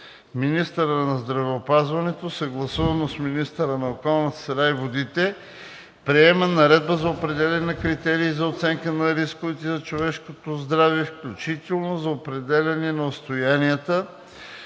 Министърът на здравеопазването съгласувано с министъра на околната среда и водите приема наредба за определяне на критерии за оценка на рисковете за човешкото здраве, включително за определяне на отстоянията